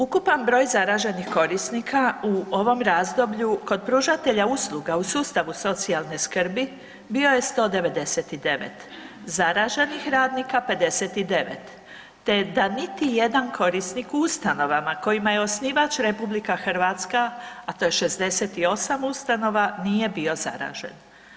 Ukupan broj zaraženih korisnika u ovom razdoblju kod pružatelja usluga u sustavu socijalne skrbi bio je 199, zaraženih radnika 50 te da niti jedan korisnik u ustanovama kojima je osnivač RH, a to je 68 ustanova nije bio zaražen.